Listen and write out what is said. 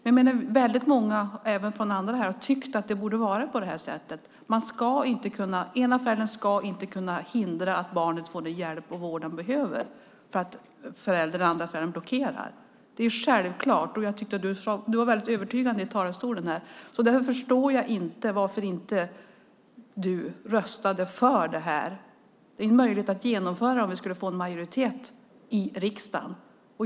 Men väldigt många här, även från andra partier, tycker att den ena föräldern inte ska kunna hindra sitt barn att få den hjälp och vård det behöver därför att den andra föräldern blockerar. Det är ju självklart, och du var väldigt övertygande i talarstolen här. Därför förstår jag inte varför du inte röstar för detta. Det vore möjligt att genomföra om vi skulle få en majoritet för det i riksdagen.